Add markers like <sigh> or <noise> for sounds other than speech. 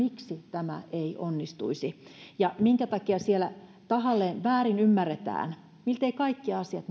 tämä ei onnistuisi ja minkä takia siellä tahallaan väärin ymmärretään miltei kaikki asiat <unintelligible>